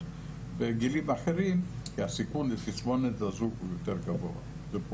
בגילאים אחרים כי הסיכון לתסמונת הזאת הוא יותר גדולה.